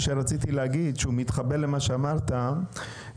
ראינו שהמחיר שהוא מקבל בעד השיווק של